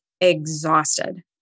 exhausted